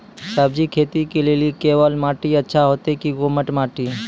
सब्जी खेती के लेली केवाल माटी अच्छा होते की दोमट माटी?